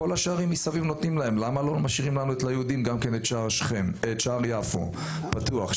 למה לא משאירים ליהודים את שער יפו פתוח?